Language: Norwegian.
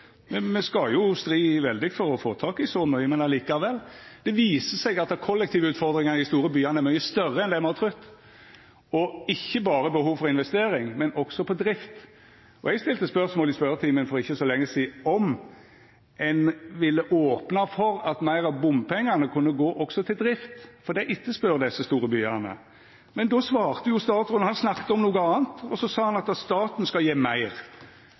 Me skal jo slita veldig for å få tak i så mykje, men likevel: Det viser seg at kollektivutfordringane i dei store byane er større enn det me hadde trudd, og det er ikkje berre behov for investering, men også for drift. Eg stilte spørsmål i spørjetimen for ikkje så lenge sidan om ein ville opna for at meir av bompengane kunne gå også til drift, for det er etterspurt i desse store byane. Men då snakka statsråden om noko anna, og så sa han at staten skal gje meir.